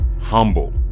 humble